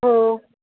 हो